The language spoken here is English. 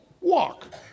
walk